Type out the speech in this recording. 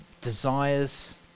desires